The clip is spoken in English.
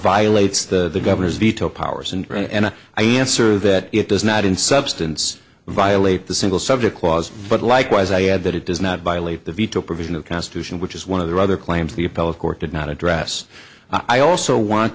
violates the governor's veto powers and i answer that it does not in substance violate the single subject clause but likewise i add that it does not violate the veto provision of constitution which is one of the other claims the appellate court did not address i also want